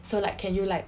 so like can you like